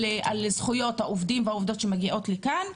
זכויות העובדים והעובדות שמגיעות לכאן,